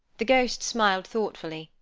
the ghost smiled thoughtfully,